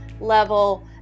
level